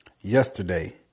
yesterday